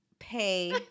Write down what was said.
Pay